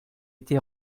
été